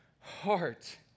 heart